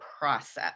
process